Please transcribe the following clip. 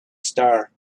star